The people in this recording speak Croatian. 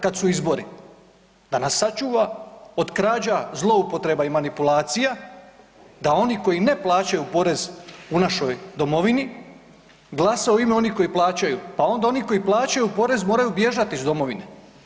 Kada su izbori, da nas sačuva od krađa, zloupotreba i manipulacija da oni koji ne plaćaju porez u našoj domovini, glasaju u ime onih koji plaćaju, pa onda oni koji plaćaju porez moraju bježati iz domovine.